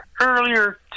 Earlier